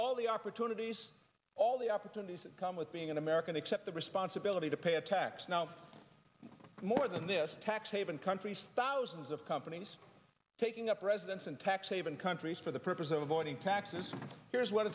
all the opportunities all the opportunities that come with being an american except the responsibility to pay a tax now more than this tax haven countries thousands of companies taking up residence in texas even countries for the purpose of avoiding taxes here's what